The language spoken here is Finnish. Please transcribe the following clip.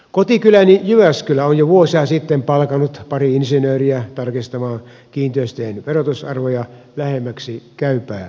kotikyläni jyväskylä on jo vuosia sitten palkannut pari insinööriä tarkistamaan kiinteistöjen verotusarvoja lähemmäksi käypää arvoa